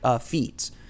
feeds